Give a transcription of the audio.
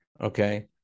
okay